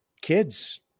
kids